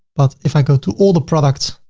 but if i go to all the products,